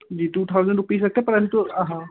जी two thousand rupees लगता परंतु हाँ